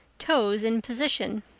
toes in position.